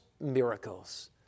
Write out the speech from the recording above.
miracles